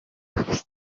are